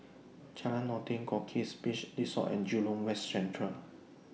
Jalan Noordin Goldkist Beach Resort and Jurong West Central